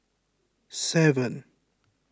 seven